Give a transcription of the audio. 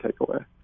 takeaway